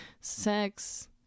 Sex